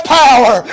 power